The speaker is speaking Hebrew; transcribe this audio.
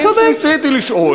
אני ניסיתי לשאול.